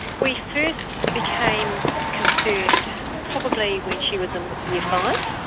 we first became concerned probably when she was in year five.